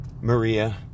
Maria